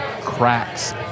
cracks